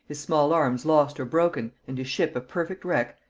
his small-arms lost or broken, and his ship a perfect wreck,